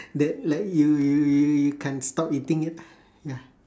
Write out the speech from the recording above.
that like you you you you can't stop eating it ya